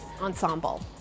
ensemble